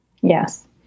Yes